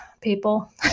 people